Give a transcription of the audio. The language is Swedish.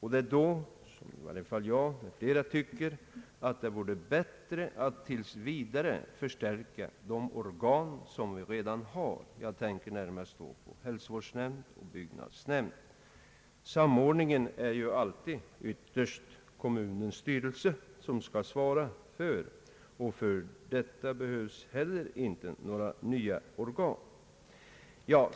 I detta sammanhang tycker jag — och säkert många andra — att det vore bättre att tills vidare förstärka de organ som vi redan har. Jag tänker på hälsovårdsnämnd och byggnadsnämnd. För samordningen skall alltid kommunens styre ytterst svara. Därtill behövs inte heller några nya organ.